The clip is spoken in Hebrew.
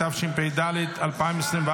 התשפ"ד 2024,